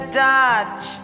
dodge